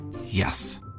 Yes